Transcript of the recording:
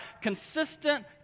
consistent